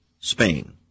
Spain